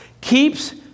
keeps